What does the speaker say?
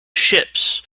ships